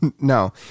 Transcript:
No